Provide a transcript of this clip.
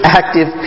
active